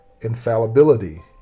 Infallibility